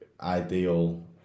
ideal